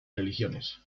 religiones